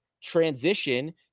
transition